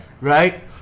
Right